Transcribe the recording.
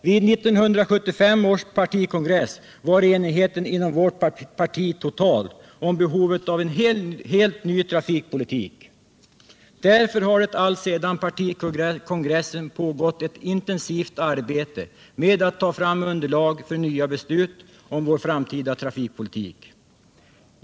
Vid 1975 års partikongress var enigheten inom vårt parti total om behovet av en helt ny trafikpolitik. Därför har det alltsedan partikongressen pågått ett intensivt arbete med att ta fram underlag för nya beslut om vår framtida trafikpolitik.